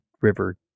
river